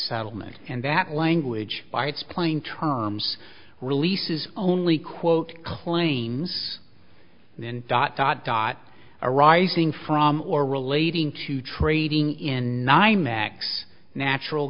settlement and that language by its plain terms releases only quote claims then dot dot dot arising from or relating to trading in ny max natural